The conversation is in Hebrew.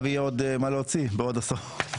ויהיה עוד מה להוציא בעוד עשור.